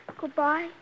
Goodbye